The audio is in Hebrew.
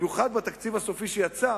במיוחד בתקציב הסופי שיצא,